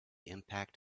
impact